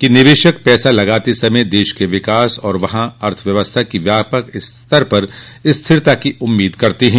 कि निवेशक पैसा लगाते समय देश के विकास और वहां अर्थव्यवस्था की व्यापक स्तर पर स्थिरता की उम्मीद करते हैं